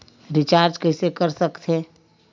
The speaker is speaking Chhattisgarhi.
रिचार्ज कइसे कर थे?